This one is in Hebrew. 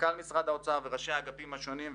מנכ"ל משרד האוצר וראשי האגפים השונים,